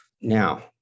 Now